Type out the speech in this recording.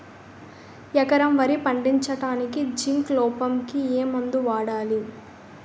ఎకరం వరి పండించటానికి జింక్ లోపంకి ఏ మందు వాడాలి?